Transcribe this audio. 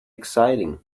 exciting